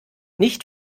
nicht